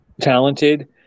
talented